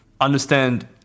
understand